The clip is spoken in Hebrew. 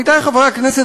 עמיתי חברי הכנסת,